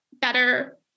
better